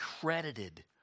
credited